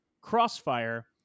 Crossfire